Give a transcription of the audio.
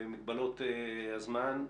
במגבלות הזמן,